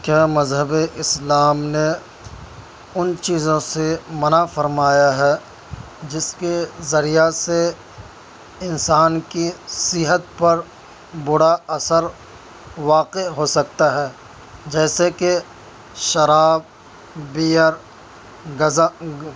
کیا مذہب اسلام نے ان چیزوں سے منع فرمایا ہے جس کے ذریعہ سے انسان کی صحت پر برا اثر واقع ہو سکتا ہے جیسے کہ شراب بیئر گزہ